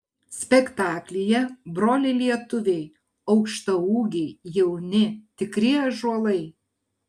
spektaklyje broliai lietuviai aukštaūgiai jauni tikri ąžuolai